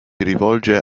rivolge